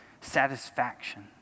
satisfaction